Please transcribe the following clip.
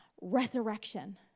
resurrection